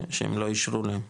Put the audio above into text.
שהם לא אישרו להם?